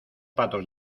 patos